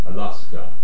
Alaska